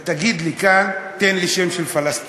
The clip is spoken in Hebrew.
ותגיד לי כאן: תן לי שם של פלסטיני.